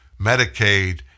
Medicaid